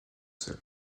seul